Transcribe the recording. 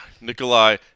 Nikolai